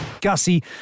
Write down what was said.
Gussie